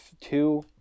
two